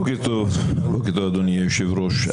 בוק טוב אדוני היושב ראש,